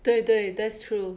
对对 that's true